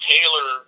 Taylor